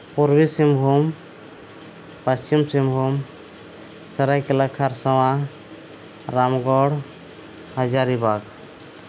Purba Singhbhum Paschim Singhbhum Saraikela Kharsawan Ramgarh Hazaribagh